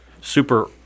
super